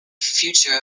future